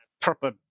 proper